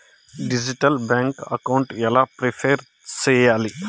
Digital bank account ఎలా prepare సెయ్యాలి?